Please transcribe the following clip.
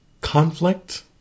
Conflict